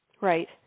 Right